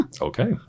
Okay